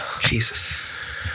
Jesus